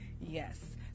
Yes